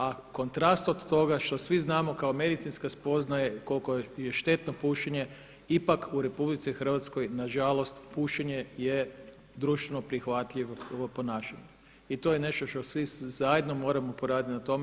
A kontrast od toga što svi znamo kao medicinske spoznaje koliko je štetno pušenje ipak u RH nažalost pušenje je društveno prihvatljivo ponašanje i to je nešto što svi zajedno moramo poraditi na tome.